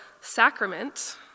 sacrament